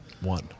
one